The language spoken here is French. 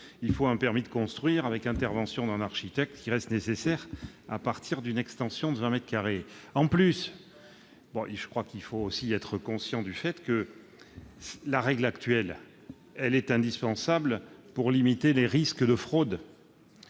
il faut un permis de construire, avec intervention d'un architecte, qui reste nécessaire à partir d'une extension de 20 mètres carrés. De plus, il faut être conscient que la règle actuelle est indispensable pour limiter les risques de fraudes